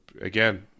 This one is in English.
again